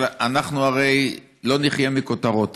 אבל אנחנו הרי לא נחיה מכותרות.